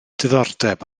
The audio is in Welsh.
diddordeb